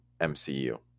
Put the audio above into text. MCU